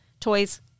toys